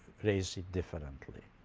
raise it differently.